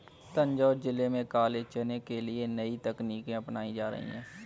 तंजौर जिले में काले चने के लिए नई तकनीकें अपनाई जा रही हैं